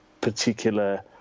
particular